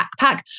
backpack